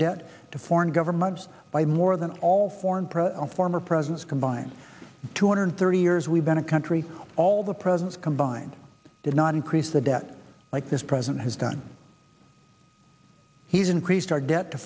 debt to foreign governments by more than all foreign press former presidents combined two hundred thirty years we've been a country all the presidents combined did not increase the debt like this president has done he's increased our debt to